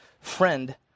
friend